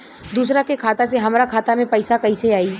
दूसरा के खाता से हमरा खाता में पैसा कैसे आई?